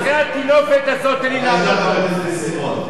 אל תבין אותי,